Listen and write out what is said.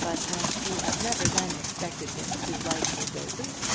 but as she had never then expected him to like her doses,